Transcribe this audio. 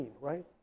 right